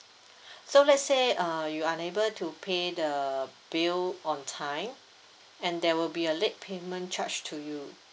so let's say uh you unable to pay the bill on time and there will be a late payment charge to you